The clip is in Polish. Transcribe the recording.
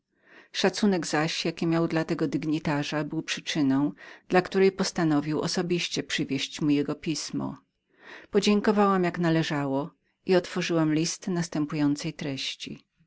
szacunek zaś jaki miał dla tego dygnitarza był przyczyną dla której postanowił osobiście przywieść mi jego pismo podziękowałam mu jak się należało i otworzyłam list następującej treści